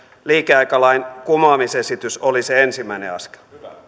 liikeaikalain kumoamisesitys oli se ensimmäinen askel